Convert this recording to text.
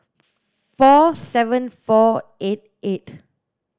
four seven four eight eight